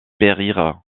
périrent